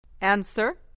Answer